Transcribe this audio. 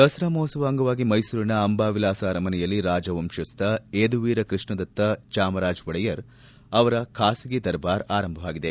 ದಸರಾ ಮಹೋತ್ತವ ಅಂಗವಾಗಿ ಮೈಸೂರಿನ ಅಂಬಾವಿಲಾಸ ಅರಮನೆಯಲ್ಲಿ ರಾಜವಂಶಸ್ಹ ಯದುವೀರ್ ಕೃಷ್ಣದತ್ತ ಚಾಮರಾಜ ಒಡೆಯರ್ ಅವರ ಖಾಸಗಿ ದರ್ಬಾರ್ ಆರಂಭವಾಗಿದೆ